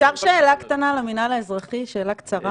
אפשר שאלה קטנה למינהל האזרחי, שאלה קצרה?